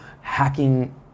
hacking